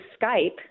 Skype